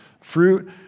fruit